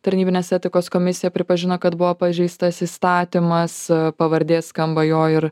tarnybinės etikos komisija pripažino kad buvo pažeistas įstatymas pavardė skamba jo ir